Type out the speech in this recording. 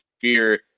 fear